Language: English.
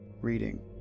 reading